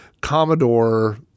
Commodore